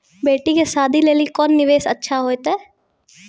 बेटी के शादी लेली कोंन निवेश अच्छा होइतै?